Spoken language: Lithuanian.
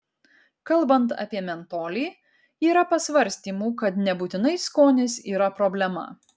kalbant apie mentolį yra pasvarstymų kad nebūtinai skonis yra problema